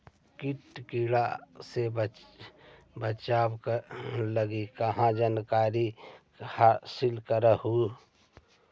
किट किड़ा से बचाब लगी कहा जानकारीया हासिल कर हू?